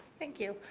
thank you.